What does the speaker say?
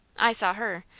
i saw her.